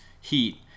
Heat